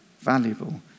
valuable